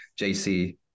JC